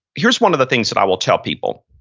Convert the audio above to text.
here's one of the things that i will tell people.